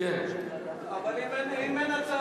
15 בעד, מתנגד